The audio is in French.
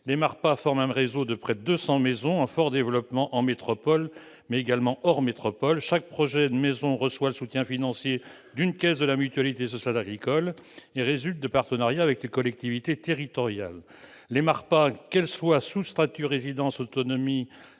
les MARPA forment un réseau de près de 200 maisons en fort développement en métropole, mais également hors métropole. Chaque projet de maison reçoit le soutien financier d'une caisse de la Mutualité sociale agricole et résulte de partenariats avec les collectivités territoriales. Les MARPA, qu'elles soient sous le statut de résidence autonomie,